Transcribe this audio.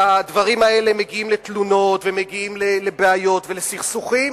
הדברים האלה מגיעים לתלונות ומגיעים לבעיות ולסכסוכים,